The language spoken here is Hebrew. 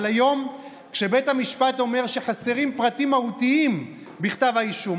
אבל היום כשבית המשפט אומר שחסרים פרטים מהותיים בכתב האישום,